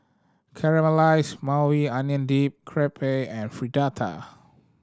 Caramelized Maui Onion Dip Crepe and Fritada